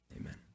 amen